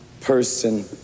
person